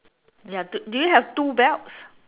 ya two do you have two belts